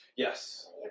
Yes